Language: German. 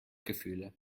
gefühle